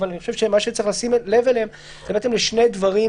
שצריך לשים לב אליהם זה לשני דברים